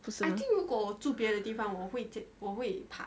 不是吗